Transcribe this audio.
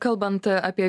kalbant apie